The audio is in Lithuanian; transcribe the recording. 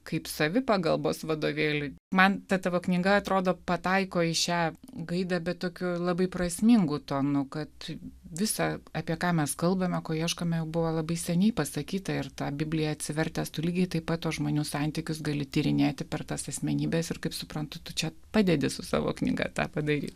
kaip savipagalbos vadovėlį man ta tavo knyga atrodo pataiko į šią gaidą bet tokiu labai prasmingu tonu kad visa apie ką mes kalbame ko ieškome jau buvo labai seniai pasakyta ir tą bibliją atsivertęs tu lygiai taip pat tuos žmonių santykius gali tyrinėti per tas asmenybes ir kaip suprantu tu čia padedi su savo knyga tą padaryt